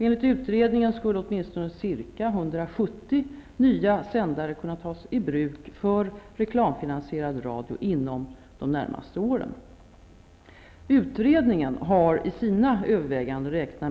Enligt utredningen skulle åtminstone ca 170 nya sändare kunna tas i bruk för reklamfinansierad radio inom de närmaste åren.